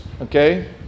Okay